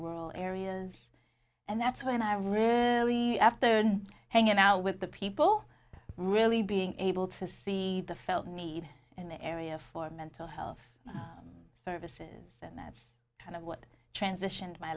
rural areas and that's when i really after hanging out with the people really being able to see the felt need in the area for mental health services and that's kind of what transitioned my